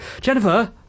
Jennifer